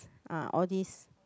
ah all these